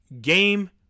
game